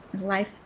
life